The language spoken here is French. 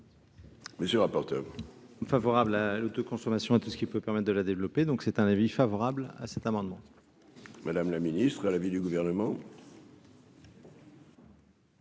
Monsieur rapporteur favorable à l'eau de consommation et tout ce qui peut quand même de la développer, donc c'est un avis favorable à cet amendement. Madame la ministre est l'avis du gouvernement.